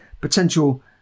potential